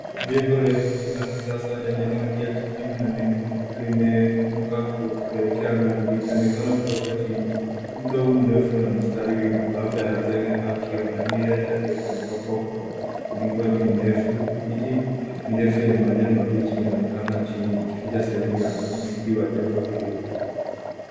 Jengo refu la kisasa lenye rangi nyeupe na kijivu limeinuka kuelekea angani linaonekana kutoka chini. Muundo huu mrefu una mistari wima labda wa zege au kioo na umepakwa kwa mlingoti mrefu. Miti mirefu yenye majani mabichi inaonekana chini ikificha sehemu ya msingi wa jengo hilo.